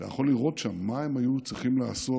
אתה יכול לראות שם מה הם היו צריכים לעשות,